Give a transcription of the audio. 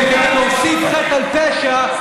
וכדי להוסיף חטא על פשע,